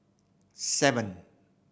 seven